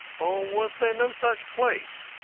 or was there no such place?